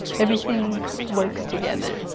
everything works together.